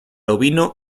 ovino